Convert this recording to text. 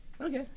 okay